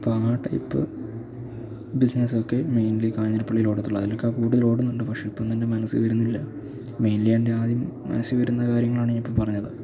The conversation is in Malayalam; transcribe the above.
ഇപ്പോള് ആ ടൈപ്പ് ബിസിനസ്സൊക്കെ മെയിൻലി കാഞ്ഞിരപ്പള്ളിയിലോടത്തുള്ളൂ അതിലൊക്കെ കൂടുതലോടുന്നതുണ്ട് പക്ഷെ ഇപ്പോഴെൻ്റെ മനസ്സില് വരുന്നില്ല മെയിൻലി എൻ്റെ ആദ്യം മനസ്സില് വരുന്ന കാര്യങ്ങളാണ് ഞാനിപ്പോള് പറഞ്ഞത്